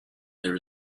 there